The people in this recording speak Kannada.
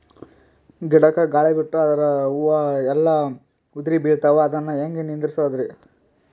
ಗಿಡಕ, ಗಾಳಿ ಬಿಟ್ಟು ಅದರ ಹೂವ ಎಲ್ಲಾ ಉದುರಿಬೀಳತಾವ, ಅದನ್ ಹೆಂಗ ನಿಂದರಸದು?